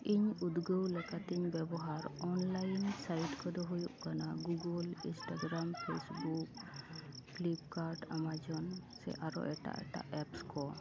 ᱤᱧ ᱩᱫᱽᱜᱟᱹᱣ ᱞᱮᱠᱟᱛᱮᱧ ᱵᱮᱵᱚᱦᱟᱨ ᱚᱱᱞᱟᱭᱤᱱ ᱥᱟᱭᱤᱴ ᱠᱚᱫᱚ ᱦᱩᱭᱩᱜ ᱠᱟᱱᱟ Google Instagram Facebook Flipkart Amazon ᱥᱮ ᱟᱨᱚ ᱮᱴᱟᱜ ᱮᱴᱟᱜ ᱮᱯᱥ ᱠᱚ